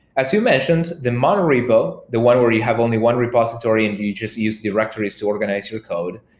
as you mentioned, the monorepo, the one where you have only one repository and you just use directories to organize your code,